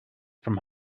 from